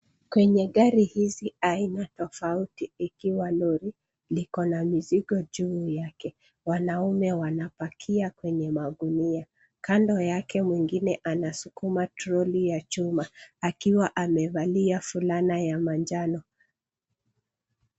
Kwenye gari hizi aina tofauti ikiwa lori, likona mizigo juu yake. Wanaume wanapakia kwenye magunia. Kando yake mwingine anasukuma troli ya chuma akiwa amevalia fulana ya manjano.